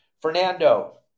Fernando